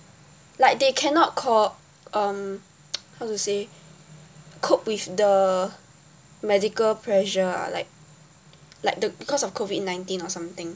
like they cannot co~ um how to say cope with the medical pressure ah like like the because of COVID nineteen or something